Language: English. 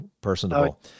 personable